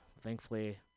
Thankfully